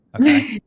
Okay